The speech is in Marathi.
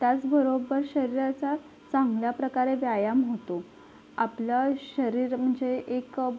त्याचबरोबर शरीराचा चांगल्या प्रकारे व्यायाम होतो आपलं शरीर म्हणजे एक